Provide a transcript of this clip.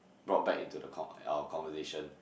brought back into the con~ our conversation